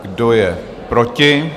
Kdo je proti?